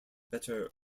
better